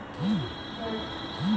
ई तरीका समतल खेत में ढेर अपनावल जाला